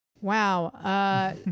wow